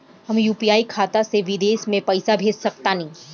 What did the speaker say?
हम यू.पी.आई खाता से विदेश म पइसा भेज सक तानि?